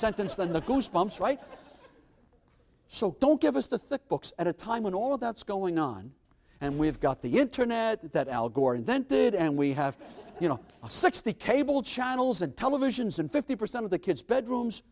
sentence than the goosebumps right so don't give us the books at a time when all of that's going on and we've got the internet that al gore invented and we have you know such the cable channels and televisions and fifty percent of the kids bedrooms